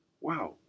wow